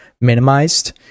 minimized